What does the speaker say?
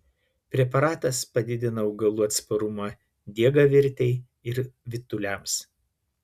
preparatas padidina augalų atsparumą diegavirtei ir vytuliams